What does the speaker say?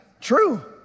true